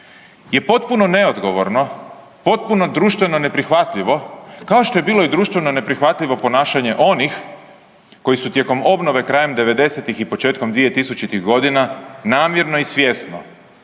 je potpuno neodgovorno, potpuno društveno neprihvatljivo kao što je bilo i društveno neprihvatljivo ponašanje onih koji su tijekom obnove krajem 90-ih i početkom 2000-ih godina namjerno i svjesno